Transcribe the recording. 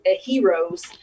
heroes